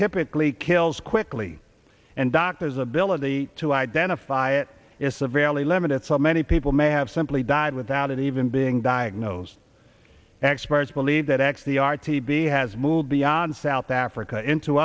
typically kills quickly and doctors ability to identify it is severely limited so many people may have simply died without it even being diagnosed experts believe that x d r tb has moved beyond south africa into